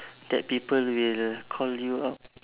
that people will call you up